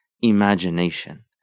imagination